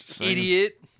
Idiot